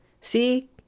See